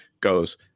goes